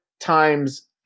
times